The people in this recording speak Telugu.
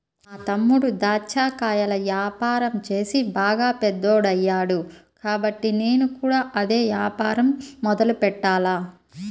మా తమ్ముడు దాచ్చా కాయల యాపారం చేసి బాగా పెద్దోడయ్యాడు కాబట్టి నేను కూడా అదే యాపారం మొదలెట్టాల